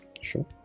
Sure